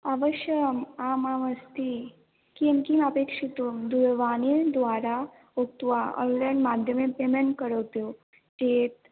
अवश्यम् आम् आम् अस्ति किं किम् अपेक्षितं दूरवाणीद्वारा उक्त्वा आन्लैन् माध्यमेन पेमेण्ट् करोतु चेत्